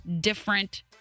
Different